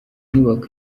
nyubako